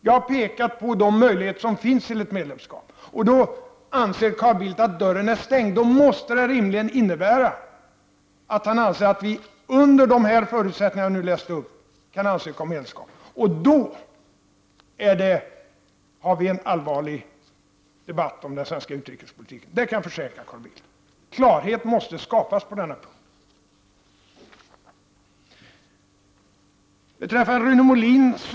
Jag har pekat på de möjligheter som finns till ett medlemskap, och då anser Carl Bildt att dörren är stängd. Det måste rimligen innebära att han anser att vi under de förutsättningar jag här angav kan ansöka om medlemskap. Om det är fallet har vi en allvarlig debatt om den svenska utrikespolitiken framför oss. Det kan jag försäkra Carl Bildt. Det måste skapas klarhet på denna punkt.